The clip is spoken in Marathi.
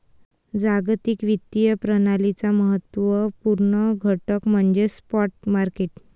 जागतिक वित्तीय प्रणालीचा महत्त्व पूर्ण घटक म्हणजे स्पॉट मार्केट